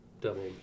Double